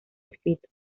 escrito